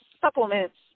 supplements